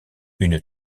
une